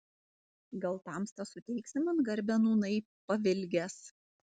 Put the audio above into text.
gal tamsta suteiksi man garbę nūnai pavilgęs